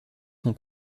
son